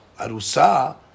arusa